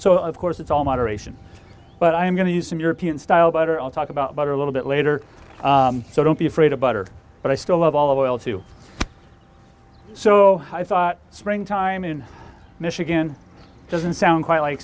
so of course it's all moderation but i'm going to use some european style butter i'll talk about butter a little bit later so don't be afraid of butter but i still love all all too so i thought springtime in michigan doesn't sound quite like